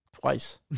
twice